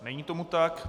Není tomu tak.